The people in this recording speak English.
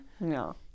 no